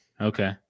Okay